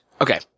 Okay